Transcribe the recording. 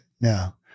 No